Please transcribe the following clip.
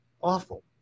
awful